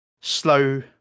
slow